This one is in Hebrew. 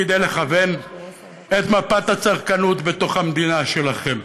כדי לכוון את מפת הצרכנות בתוך המדינה שלכם?